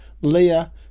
Leah